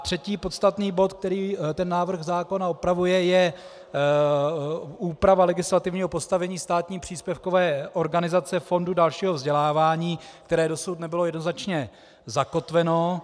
Třetí podstatný bod, který ten návrh zákona opravuje, je úprava legislativního postavení státní příspěvkové organizace, Fondu dalšího vzdělávání, které dosud nebylo jednoznačně zakotveno.